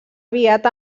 aviat